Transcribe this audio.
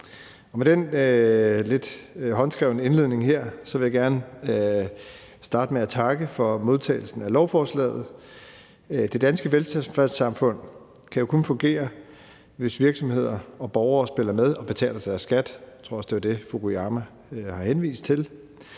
med den lidt håndskrevne indledning her vil jeg gerne starte med at takke for modtagelsen af lovforslaget. Det danske velfærdssamfund kan jo kun fungere, hvis virksomheder og borgere spiller med og betaler deres skat. Jeg tror også, det var det, Francis Fukuyama henviste til.